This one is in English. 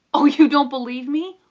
um you don't believe me?